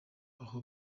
aho